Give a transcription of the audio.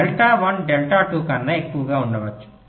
delta 1 delta 2 కన్నా ఎక్కువగా ఉండవచ్చు